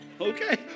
Okay